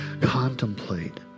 contemplate